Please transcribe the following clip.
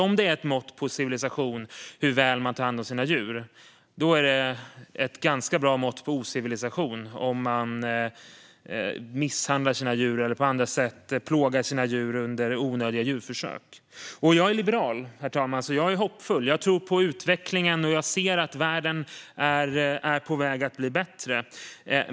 Om det är ett mått på civilisation hur väl man tar hand om sina djur är det också ett ganska bra mått på ocivilisation om man misshandlar eller på andra sätt plågar sina djur under onödiga djurförsök. Jag är liberal, herr talman, och är därför hoppfull. Jag tror på utvecklingen, och jag ser att världen är på väg att bli bättre.